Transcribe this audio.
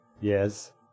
Yes